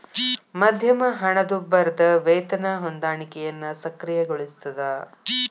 ಮಧ್ಯಮ ಹಣದುಬ್ಬರದ್ ವೇತನ ಹೊಂದಾಣಿಕೆಯನ್ನ ಸಕ್ರಿಯಗೊಳಿಸ್ತದ